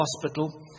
hospital